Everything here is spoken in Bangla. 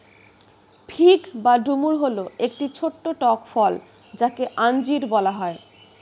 ফিগ বা ডুমুর হল একটি ছোট্ট টক ফল যাকে আঞ্জির বলা হয়